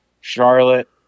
Charlotte